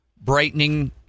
brightening